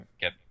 get